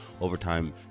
overtime